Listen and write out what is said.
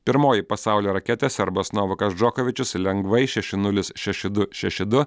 pirmoji pasaulio raketė serbas novakas džokovičius lengvai šeši nulis šeši du šeši du